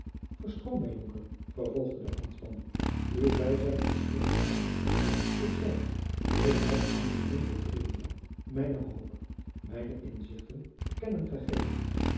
verschoon mij jonker vervolgde de ambtman uw bijzijn is hier noodzakelijk ik zeg ik heb aan de beminnelijke ulrica mijne hoop mijne inzichten te kennen gegeven